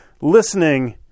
listening